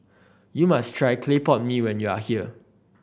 you must try clay pot mee when you are here